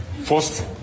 First